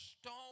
stone